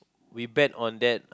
we bet on that